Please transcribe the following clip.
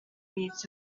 minutes